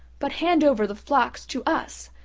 but hand over the flocks to us,